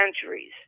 centuries